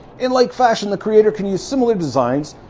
in like fashion, the creator can use similar designs.